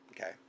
okay